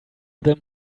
them